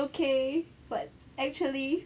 it's okay but actually